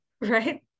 right